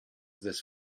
this